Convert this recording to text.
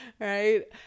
Right